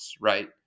right